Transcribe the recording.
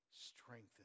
strengthen